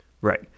right